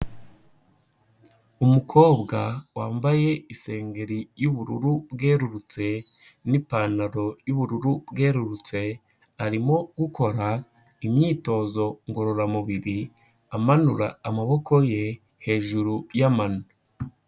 Umukobwa wambaye isengeri y'ubururu bwerurutse n'ipantaro y'ubururu bwerurutse, arimo gukora imyitozo ngororamubiri, amanura amaboko ye hejuru y'amano.